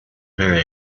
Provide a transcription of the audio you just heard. very